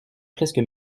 presque